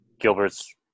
Gilbert's